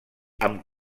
amb